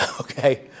Okay